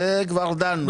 זה כבר דנו.